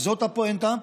וזאת הפואנטה,